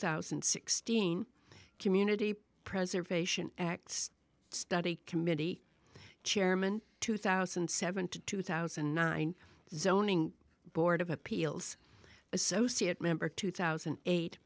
thousand and sixteen community preservation acts study committee chairman two thousand and seven to two thousand and nine zoning board of appeals associate member two thousand and eight